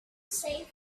safe